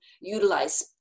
utilize